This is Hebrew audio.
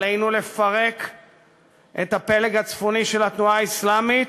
עלינו לפרק את הפלג הצפוני של התנועה האסלאמית,